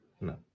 No